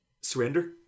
surrender